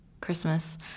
Christmas